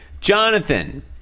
Jonathan